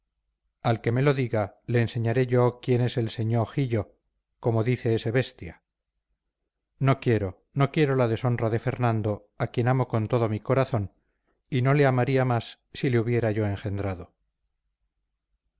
al que me lo diga le enseñaré yo quién es señó jiyo como dice ese bestia no quiero no quiero la deshonra de fernando a quien amo con todo mi corazón y no le amaría más si le hubiera yo engendrado